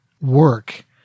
work